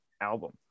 album